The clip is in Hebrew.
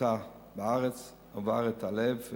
בתמותה בארץ, הוא עבר את מחלות הלב.